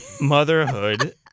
motherhood